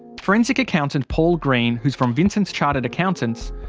forensic accountant paul green, who's from vincents chartered accountants,